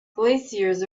glaciers